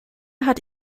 hat